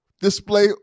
display